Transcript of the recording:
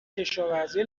کشاورزی